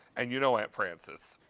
and you know aunt francis,